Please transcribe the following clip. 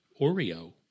Oreo